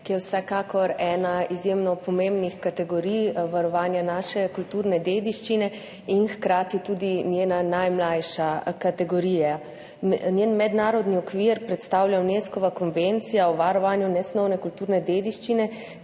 ki je vsekakor ena izjemno pomembnih kategorij varovanja naše kulturne dediščine in hkrati tudi njena najmlajša kategorija. Njen mednarodni okvir predstavlja Unescova Konvencija o varovanju nesnovne kulturne dediščine,